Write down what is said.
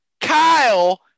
Kyle